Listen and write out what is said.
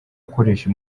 akoresha